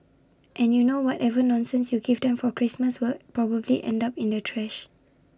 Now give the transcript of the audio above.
and you know whatever nonsense you give them for Christmas will probably end up in the trash